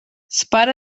separe